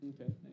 Okay